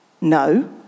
No